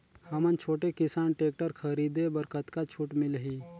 हमन छोटे किसान टेक्टर खरीदे बर कतका छूट मिलही?